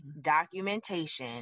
documentation